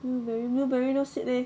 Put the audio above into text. blueberry blueberry no seed leh